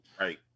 Right